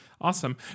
Awesome